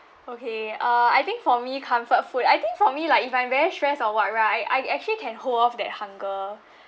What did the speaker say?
okay uh I think for me comfort food I think for me like if I'm very stressed or [what] right I I actually can hold off that hunger